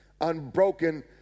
unbroken